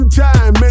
time